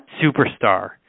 superstar